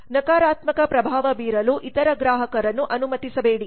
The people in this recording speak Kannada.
ನಕಾರಾತ್ಮಕ ಪ್ರಭಾವ ಬೀರಲು ಇತರ ಗ್ರಾಹಕರನ್ನು ಅನುಮತಿಸಬೇಡಿ